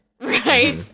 right